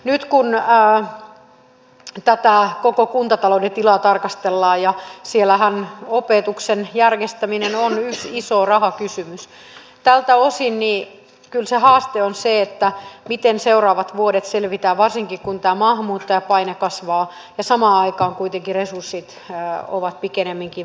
nyt kun tätä koko kuntatalouden tilaa tarkastellaan ja siellähän opetuksen järjestäminen on yksi iso rahakysymys niin tältä osin kyllä se haaste on se miten seuraavat vuodet selvitään varsinkin kun tämä maahanmuuttajapaine kasvaa ja samaan aikaan kuitenkin resurssit ovat pikemminkin vähenemään päin